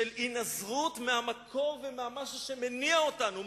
של הינזרות מהמקור ומן הדבר שמניע אותנו,